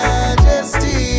Majesty